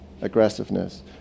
aggressiveness